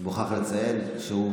אני מוכרח לציין שהוא,